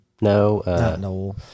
No